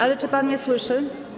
Ale czy pan mnie słyszy?